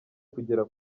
kugera